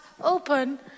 open